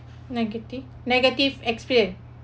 negative negative experience